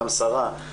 גם שרה.